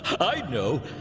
i know!